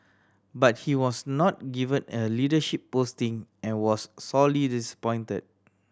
but he was not given a leadership posting and was sorely disappointed